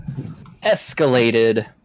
escalated